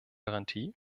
garantie